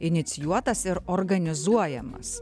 inicijuotas ir organizuojamas